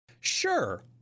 sure